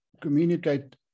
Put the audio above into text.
communicate